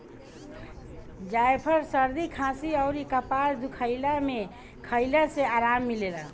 जायफल सरदी खासी अउरी कपार दुखइला में खइला से आराम मिलेला